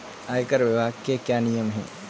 आयकर विभाग के क्या नियम हैं?